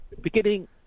beginning